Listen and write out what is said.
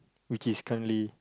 which is currently